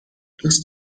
دوست